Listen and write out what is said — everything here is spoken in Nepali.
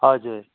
हजुर